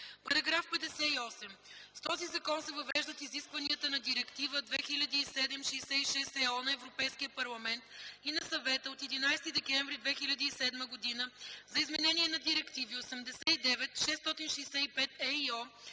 § 58: „§ 58. С този закон се въвеждат изискванията на Директива 2007/66/ЕО на Европейския парламент и на Съвета от 11 декември 2007 г. за изменение на директиви 89/665/ЕИО